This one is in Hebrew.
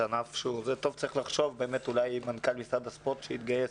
צריך לחשוב, אולי מנכ"ל משרד הספורט יתגייס.